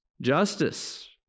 Justice